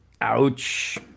Ouch